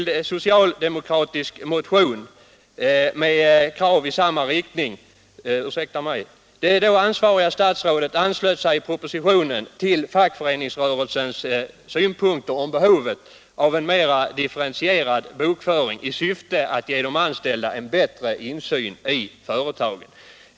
Det då ansvariga statsrådet anslöt sig i propositionen till fackföreningsrörelsens synpunkter om behovet av en mera differentierad bokföring i syfte att ge de anställda en bättre insyn i företagen.